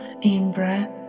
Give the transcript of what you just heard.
in-breath